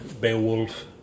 Beowulf